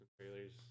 trailers